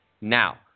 Now